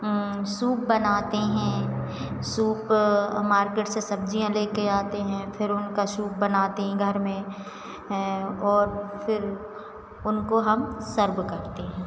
soup बनाते हैं soup market से सब्जियाँ लेकर आते हैं फिर उनका सूप बनाते घर में और फिर उनको हम सर्व करते हैं